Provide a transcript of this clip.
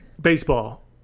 baseball